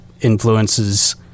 influences